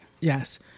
Yes